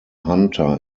hunter